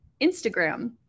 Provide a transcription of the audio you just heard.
Instagram